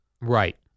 Right